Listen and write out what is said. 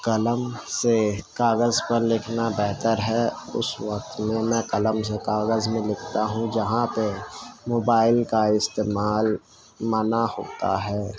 قلم سے کاغذ پر لکھنا بہتر ہے اُس وقت میں میں قلم سے کاغذ میں لکھتا ہوں جہاں پہ موبائل کا استعمال منع ہوتا ہے